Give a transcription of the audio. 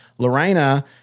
Lorena